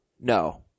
No